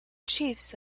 chiefs